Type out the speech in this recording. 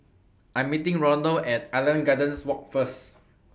I Am meeting Ronald At Island Gardens Walk First